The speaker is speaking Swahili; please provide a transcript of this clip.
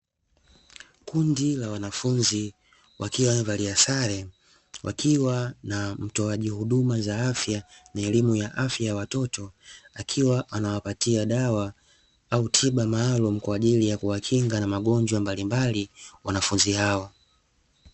Kundi la wanafunzi wakiwa wamevalia sare wakiwa na mtoaji huduma za afya na elimu ya afya ya watoto, akiwa anawapatia dawa au tiba maalumu kwa ajili ya kuwakinga na magonjwa mbalimbali wanafunzi hao.